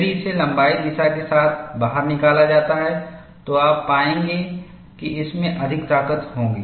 यदि इसे लंबाई दिशा के साथ बाहर निकाला जाता है तो आप पाएंगे कि इसमें अधिक ताकत होगी